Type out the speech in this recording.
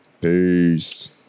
peace